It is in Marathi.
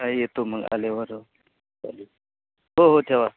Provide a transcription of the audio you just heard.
नाही येतो मग आल्याबरोबर चालेल हो हो ठेवा